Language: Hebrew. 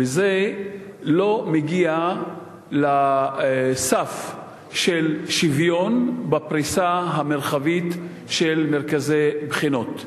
וזה לא מגיע לסף של שוויון בפריסה המרחבית של מרכזי בחינות.